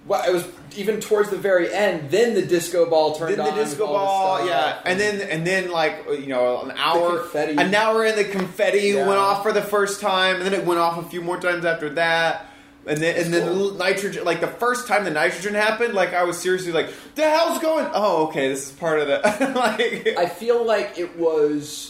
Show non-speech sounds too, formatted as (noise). Well, it was even towards the very end, then the disco ball turned Then the on disco with all the ball, stuff. yeah. And then- and then, like, you know, an The hour- confetti. an hour in, the confetti went Yeah. off for the first time, and then it went off a few more times after that, and then- and then the Cool. l- nitrogen- like, the first time the nitrogen happened, like, I was seriously like, "The hell's going-" Oh, okay, this is part of the- (laughs) I feel like it was-